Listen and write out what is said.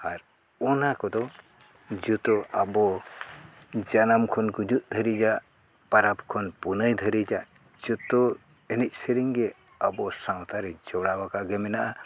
ᱟᱨ ᱚᱱᱟ ᱠᱚᱫᱚ ᱡᱚᱛᱚ ᱟᱵᱚ ᱡᱟᱱᱟᱢ ᱠᱷᱚᱱ ᱜᱩᱡᱩᱜ ᱫᱷᱟᱹᱨᱤᱡᱟᱜ ᱯᱚᱨᱚᱵᱽ ᱠᱷᱚᱱ ᱯᱩᱱᱟᱹᱭ ᱫᱷᱟᱹᱨᱤᱡᱟᱜ ᱡᱚᱛᱚ ᱮᱱᱮᱡ ᱥᱮᱨᱮᱧ ᱜᱮ ᱟᱵᱚ ᱥᱟᱶᱛᱟ ᱨᱮ ᱡᱚᱲᱟᱣ ᱟᱠᱟᱫ ᱜᱮ ᱢᱮᱱᱟᱜᱼᱟ